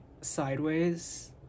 sideways